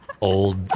old